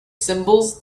symbols